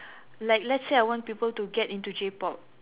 like let's say I want people to get into J-pop